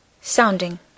Sounding